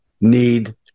need